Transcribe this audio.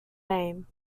name